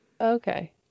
Okay